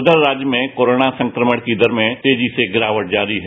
उधर राज्य में कोरोना संक्रमण की दर में तेजी से गिरावट जारी है